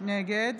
נגד